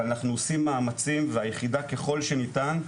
ואנחנו עושים מאמצים ביחידה ככל שניתן,